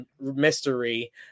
mystery